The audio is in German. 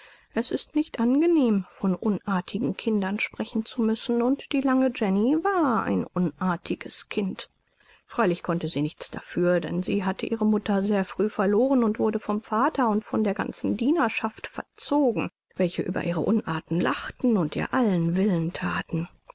es ist nicht angenehm von unartigen kindern sprechen zu müssen und die lange jenny war ein unartiges kind freilich konnte sie nichts dafür denn sie hatte ihre mutter sehr früh verloren und wurde vom vater und von der ganzen dienerschaft verzogen welche über ihre unarten lachten und ihr allen willen thaten